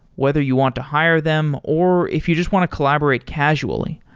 whether you want to hire them or if you just want to collaborate casually.